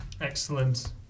Excellent